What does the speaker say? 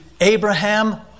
Abraham